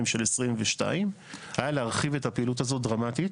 של 2022 היה להרחיב את הפעילות הזאת דרמטית.